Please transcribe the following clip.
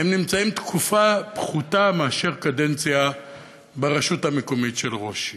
נמצאים תקופה פחותה מאשר קדנציה ברשות המקומית של ראש עיר.